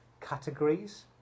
categories